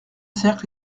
cercle